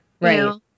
right